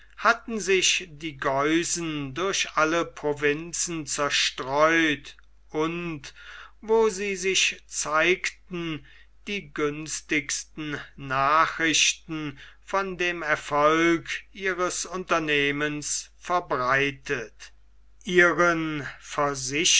hatten sich die geusen durch alle provinzen zerstreut und wo sie sich zeigten die günstigsten nachrichten von dem erfolg ihres unternehmens verbreitet ihren